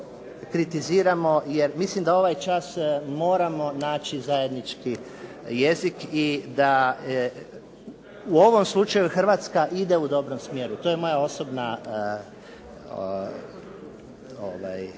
da se kritiziramo, jer mislim da ovaj čas moramo naći zajednički jezik i da u ovom slučaju Hrvatska ide u dobrom smjeru. To je moja osobna,